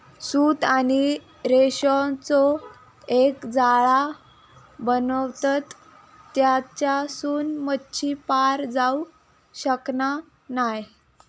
सूत आणि रेशांचो एक जाळा बनवतत तेच्यासून मच्छी पार जाऊ शकना नाय